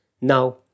Now